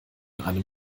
einem